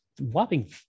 whopping